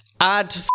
Add